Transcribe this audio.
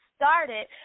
started